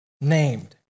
named